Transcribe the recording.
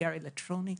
הסיגריות האלקטרוניות.